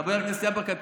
חבר הכנסת יברקן,